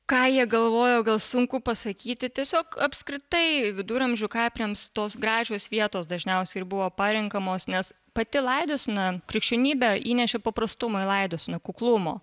ką jie galvojo gal sunku pasakyti tiesiog apskritai viduramžių kapinėms tos gražios vietos dažniausiai ir buvo parenkamos nes pati laidosena krikščionybė įnešė paprastumą į laidoseną kuklumo